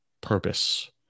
purpose